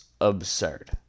absurd